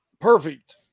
perfect